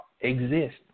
exist